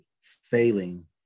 failing